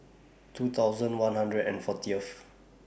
two thousand one hundred and fortieth